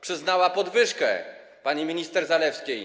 Przyznała podwyżkę pani minister Zalewskiej.